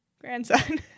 grandson